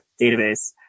database